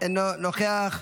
אינו נוכח.